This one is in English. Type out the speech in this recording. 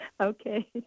okay